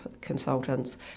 consultants